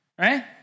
Right